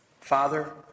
Father